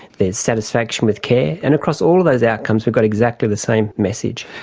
their satisfaction with care. and across all those outcomes we got exactly the same message.